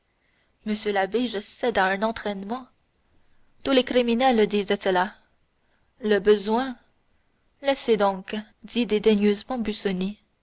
monsieur l'abbé je cède à un entraînement tous les criminels disent cela le besoin laissez donc dit dédaigneusement